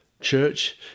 Church